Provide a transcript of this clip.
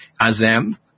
Azem